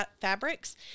fabrics